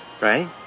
Right